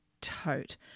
tote